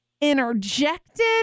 interjected